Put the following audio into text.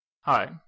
Hi